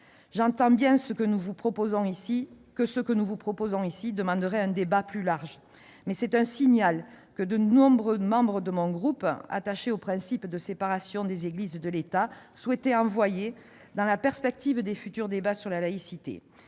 J'entends bien que ce que nous vous proposons ici demanderait un débat plus large. Mais c'est un signal que de nombreux membres de mon groupe, attachés au principe de séparation des Églises et de l'État, souhaitaient envoyer, dans la perspective des futurs débats sur la laïcité-